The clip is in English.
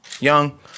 Young